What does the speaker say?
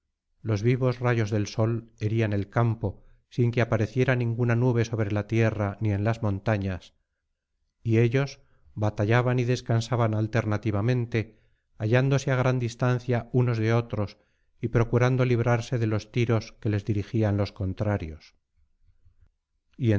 los vivos rayos del sol herían el campo sin que apareciera ninguna nube sobre la tierra ni en las montañas y ellos batallaban y descansaban alternativamente hallándose á gran distancia unos de otros y procurando librarse de los tiros que les dirigían los contrarios